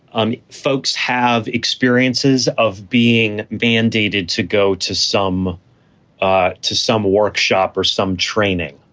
um folks have experiences of being mandated to go to some ah to some workshop or some training.